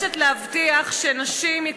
חברי הכנסת,